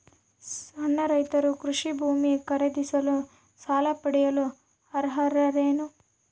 ಸಣ್ಣ ರೈತರು ಕೃಷಿ ಭೂಮಿ ಖರೇದಿಸಲು ಸಾಲ ಪಡೆಯಲು ಅರ್ಹರೇನ್ರಿ?